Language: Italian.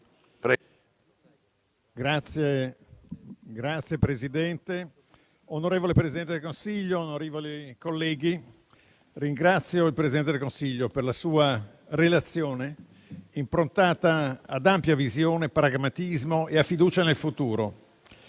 Signor Presidente, onorevole Presidente del Consiglio, onorevoli colleghi, ringrazio il Presidente del Consiglio per la sua relazione, improntata ad ampia visione, a pragmatismo, alla fiducia nel futuro,